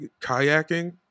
kayaking